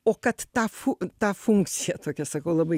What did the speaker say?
o kad tą fu tą funkciją tokia sakau labai